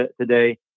today